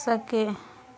सके?